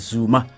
Zuma